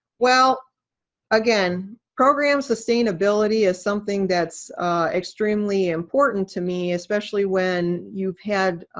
well again, program sustainability is something that's extremely important to me, especially when you've had